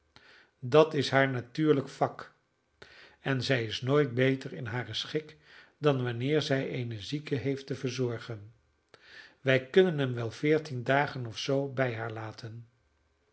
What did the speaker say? dat is haar natuurlijk vak en zij is nooit beter in haren schik dan wanneer zij een zieke heeft te verzorgen wij kunnen hem wel veertien dagen of zoo bij haar laten